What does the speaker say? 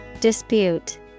Dispute